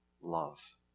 love